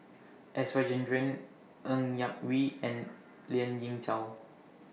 S Rajendran Ng Yak Whee and Lien Ying Chow